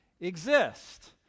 exist